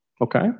okay